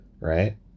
right